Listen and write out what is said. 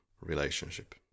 relationship